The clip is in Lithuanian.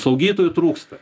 slaugytojų trūksta